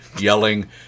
yelling